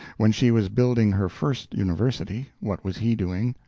when she was building her first university, what was he doing?